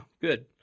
good